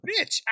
bitch